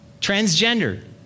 transgender